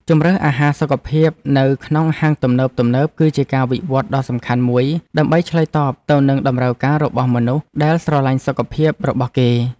ជម្រើសអាហារសុខភាពនៅក្នុងហាងទំនើបៗគឺជាការវិវត្តដ៏សំខាន់មួយដើម្បីឆ្លើយតបទៅនឹងតម្រូវការរបស់មនុស្សដែលស្រលាញ់សុខភាពរបស់គេ។